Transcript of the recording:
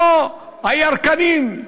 לא הירקנים.